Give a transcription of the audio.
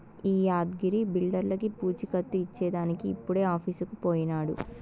ఈ యాద్గగిరి బిల్డర్లకీ పూచీకత్తు ఇచ్చేదానికి ఇప్పుడే ఆఫీసుకు పోయినాడు